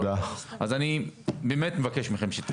אז באמת אני מבקש ממכם.